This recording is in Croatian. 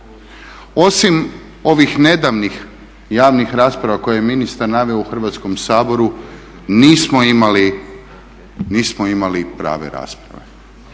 Osim ovih nedavnih javnih rasprava koje je ministar naveo u Hrvatskom saboru nismo imali prave rasprave.